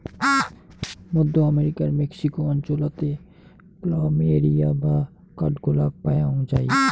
মধ্য আমেরিকার মেক্সিকো অঞ্চলাতে প্ল্যামেরিয়া বা কাঠগোলাপ পায়ং যাই